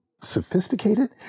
sophisticated